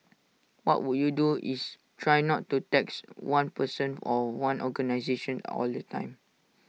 what would you do is try not to tax one person or one organisation all the time